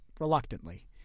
reluctantly